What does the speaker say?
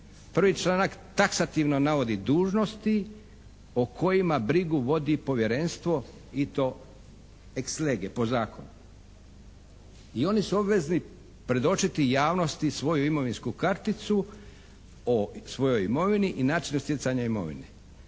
Prvi članak taksativno navodi dužnosti o kojima brigu vodi povjerenstvo i to "ex lege", po zakonu i oni su obvezni predočiti javnosti svoju imovinsku karticu o svojoj imovini i načinu stjecanja imovine.